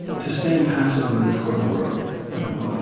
to stand passively before the world, you know,